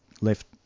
left